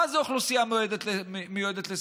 מה זה אוכלוסייה מועדת לסיכון?